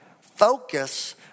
focus